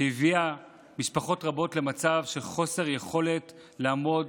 שהביאה משפחות רבות למצב של חוסר יכולת לעמוד